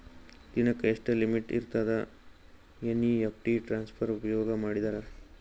ದಿನಕ್ಕ ಎಷ್ಟ ಲಿಮಿಟ್ ಇರತದ ಎನ್.ಇ.ಎಫ್.ಟಿ ಟ್ರಾನ್ಸಫರ್ ಉಪಯೋಗ ಮಾಡಿದರ?